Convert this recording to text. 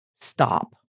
stop